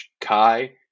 Kai